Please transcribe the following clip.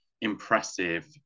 Impressive